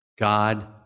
God